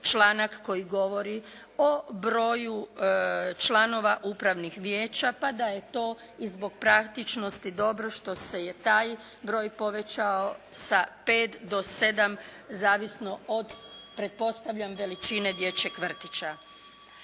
članak koji govori o broju članova upravnih vijeća pa da je to i zbog praktičnosti dobro što se je taj broj povećao sa 5 do 7 zavisno od pretpostavljam veličine dječjeg vrtića.